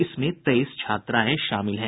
इसमें तेईस छात्राएं शामिल हैं